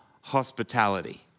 hospitality